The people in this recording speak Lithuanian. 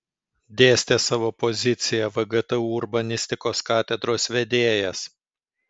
dėstė savo poziciją vgtu urbanistikos katedros vedėjas